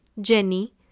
Jenny